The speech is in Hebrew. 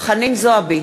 חנין זועבי,